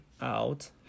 out